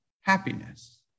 happiness